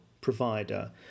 provider